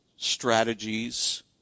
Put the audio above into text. strategies